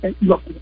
look